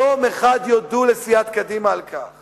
יום אחד יודו לסיעת קדימה על כך